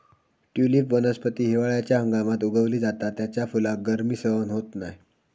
tulip वनस्पती हिवाळ्याच्या हंगामात उगवली जाता त्याच्या फुलाक गर्मी सहन होत नाय